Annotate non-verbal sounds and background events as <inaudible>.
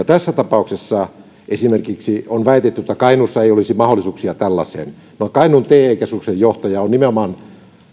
<unintelligible> tässä tapauksessa on väitetty esimerkiksi että kainuussa ei olisi mahdollisuuksia tällaiseen kainuun te keskuksen johtaja on nimenomaan